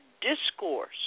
discourse